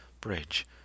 bridge